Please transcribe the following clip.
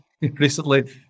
recently